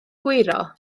gwirio